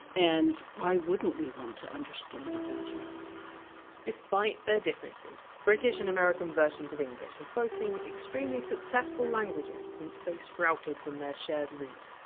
and why wouldn't we want to understand it better despite their differences, british and american versions of english have both been extremely successful languages since they sprouted from their shared root.